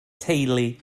teulu